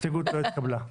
ההסתייגות לא התקבלה.